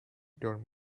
told